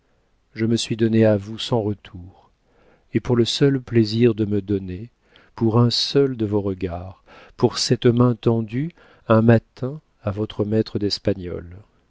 je me suis donné à vous sans retour et pour le seul plaisir de me donner pour un seul de vos regards pour cette main tendue un matin à votre maître d'espagnol